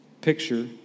picture